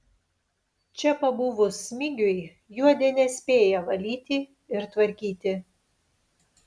čia pabuvus smigiui juodė nespėja valyti ir tvarkyti